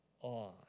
awe